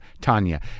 Tanya